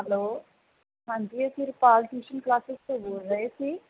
hello ਹਾਂਜੀ ਅਸੀਂ Harpal tuition classes ਤੋਂ ਬੋਲ ਰਹੇ ਸੀ